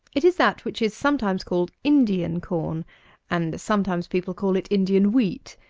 it is that which is sometimes called indian corn and sometimes people call it indian wheat.